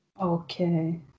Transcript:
Okay